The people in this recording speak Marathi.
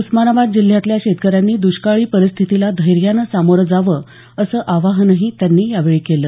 उस्मानाबाद जिल्ह्यातल्या शेतकऱ्यांनी दुष्काळी परिस्थितीला धैर्यानं सामोरं जावं असं आवाहनही त्यानी यावेळी केलं